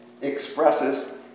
expresses